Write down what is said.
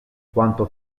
quanto